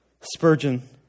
Spurgeon